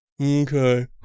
Okay